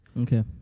Okay